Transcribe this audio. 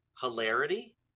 hilarity